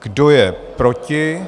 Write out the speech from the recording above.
Kdo je proti?